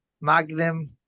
magnum